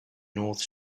north